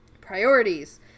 priorities